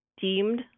deemed